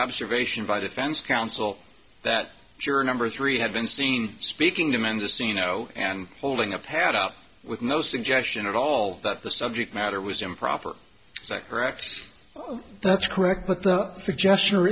observation by defense counsel that juror number three had been seen speaking to mendocino and holding a pad up with no suggestion at all that the subject matter was improper is that correct oh that's correct but th